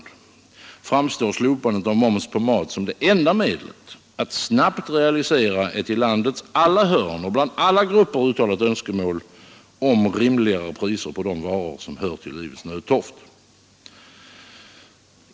För mig framstår slopandet av moms på mat som det enda medlet att snabbt realisera ett i landets alla hörn och bland alla grupper uttalat önskemål om rimligare priser på de varor som hör till livets nödtorft.